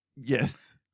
Yes